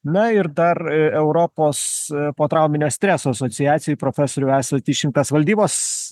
na ir dar europos potrauminio streso asociacijoj profesoriau esat išrinktas valdybos